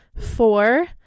Four